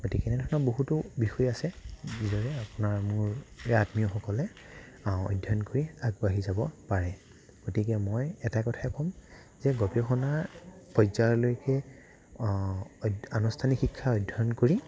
গতিকে তেনেধৰণৰ বহুতো বিষয় আছে যেনে আপোনাৰ মোৰ আত্মীয়সকলে অধ্যয়ন কৰি আগবাঢ়ি যাব পাৰে গতিকে মই এটা কথাই ক'ম যে গৱেষণাৰ পৰ্যায়লৈকে আনুষ্ঠানিক শিক্ষা অধ্যয়ন কৰি